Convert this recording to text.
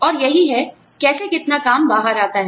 और यही है कैसे कितना काम बाहर आता है